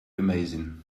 amazing